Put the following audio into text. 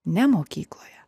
ne mokykloje